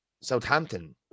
Southampton